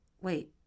Wait